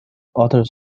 authors